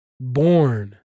Born